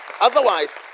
otherwise